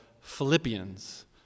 Philippians